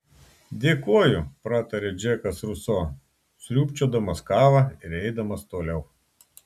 dėkoju pratarė džekas ruso sriūbčiodamas kavą ir eidamas toliau